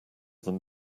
than